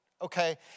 Okay